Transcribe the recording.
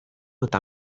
eta